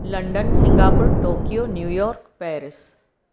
London Singapore Tokyo New York Paris